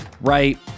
right